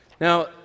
Now